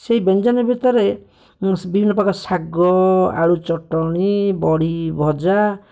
ସେହି ବ୍ୟଞ୍ଜନ ଭିତରେ ବିଭିନ୍ନ ପ୍ରକାର ଶାଗ ଆଳୁ ଚଟଣି ବଡ଼ି ଭଜା